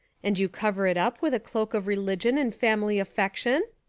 and you cover it up with a cloak of religion and family affection?